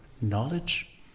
knowledge